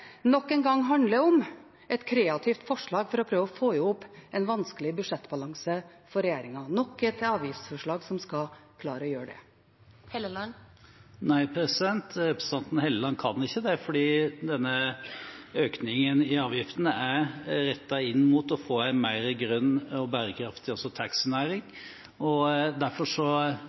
nok en gang handler om et kreativt forslag for å prøve å få i hop en vanskelig budsjettbalanse for regjeringen, nok et avgiftsforslag som skal klare å gjøre det? Nei, representanten Helleland kan ikke det, fordi denne økningen i avgiften er rettet inn mot å få en mer grønn og bærekraftig taxinæring. Derfor skjønner jeg veldig godt at Senterpartiet har lett med lys og